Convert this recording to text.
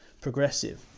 progressive